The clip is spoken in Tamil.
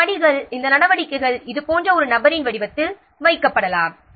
இந்த படிகள் இந்த நடவடிக்கைகள் இது போன்ற ஒரு நபரின் வடிவத்தில் வைக்கப்படலாம்